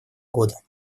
года